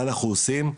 מה אנחנו עושים,